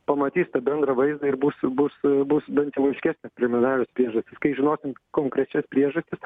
pamatys tą bendrą vaizdą ir bus bus bus bent jau aiškesnės prelemenarios priežastys kai žinosim konkrečias priežastis